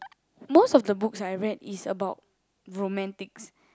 most of the books I read is about romantics